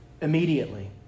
immediately